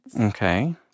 Okay